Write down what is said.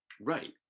Right